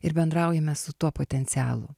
ir bendraujame su tuo potencialu